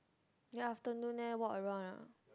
then afternoon leh walk around ah